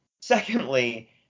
Secondly